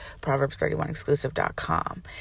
proverbs31exclusive.com